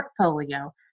portfolio